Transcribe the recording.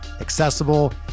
accessible